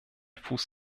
fuß